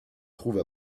trouve